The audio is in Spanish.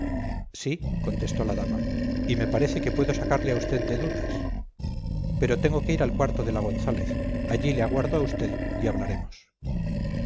sí contestó la dama y me parece que puedo sacarle a vd de dudas pero tengo que ir al cuarto de la gonzález allí le aguardo a usted y hablaremos